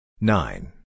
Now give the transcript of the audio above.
nine